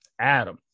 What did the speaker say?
Adam